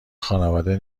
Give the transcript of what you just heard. خانواده